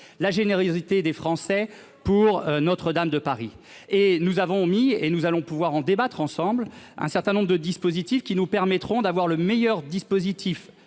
la générosité des Français pour Notre-Dame de Paris et nous avons mis et nous allons pouvoir en débattre ensemble un certain nombre de dispositifs qui nous permettront d'avoir le meilleur dispositif